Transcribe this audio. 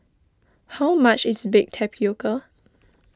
how much is Baked Tapioca